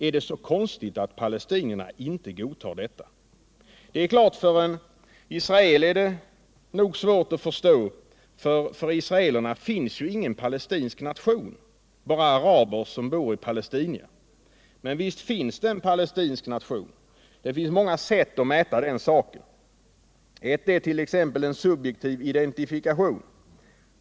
Ärdet så konstigt att palestinierna inte godtar detta? För en israel är det nog svårt att förstå, ty för en israel finns ju ingen palestinsk nation, bara araber som bor i Palestina. Men visst finns det en palestinsk nation. Det finns många sätt att mäta den saken på. Ett är subjektiv identifikation.